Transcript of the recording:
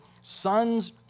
sons